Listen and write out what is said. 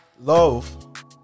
love